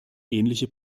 ähnliche